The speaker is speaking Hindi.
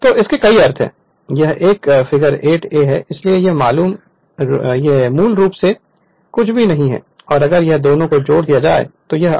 तो इसके कई अर्थ हैं यह एक फिगर 8 a है इसलिए यह मूल रूप से कुछ भी नहीं है अगर इन दोनों को जोड़ दें तो यह r2 ' s होगा